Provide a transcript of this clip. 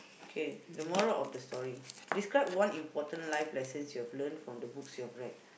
okay the moral of the story describe one important life lesson you've learnt from the books that you have read